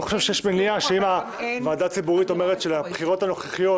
אני לא חושב שיש מניעה שאם הוועדה הציבורית אומרת שלבחירות הנוכחיות,